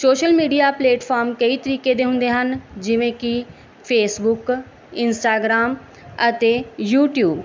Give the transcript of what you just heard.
social media platform ਕਈ ਤਰੀਕੇ ਦੇ ਹੁੰਦੇ ਹਨ ਜਿਵੇਂ ਕੀ ਫੇਸਬੁੱਕ ਇੰਸਟਾਗ੍ਰਾਮ ਅਤੇ ਯੂਟਿਊਬ